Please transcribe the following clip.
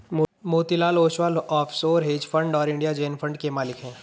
Motilal Oswal offshore hedge fund और India Zen fund के मालिक हैं